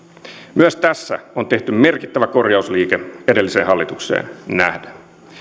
myös tässä on tehty merkittävä korjausliike edelliseen hallitukseen nähden